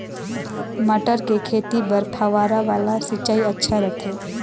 मटर के खेती बर फव्वारा वाला सिंचाई अच्छा रथे?